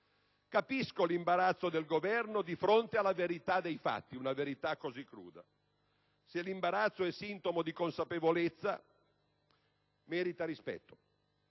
Capisco l'imbarazzo del Governo di fronte alla verità dei fatti, una verità così cruda. Se l'imbarazzo è sintomo di consapevolezza merita rispetto,